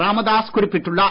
ராமதாஸ் குறிப்பிட்டுள்ளார்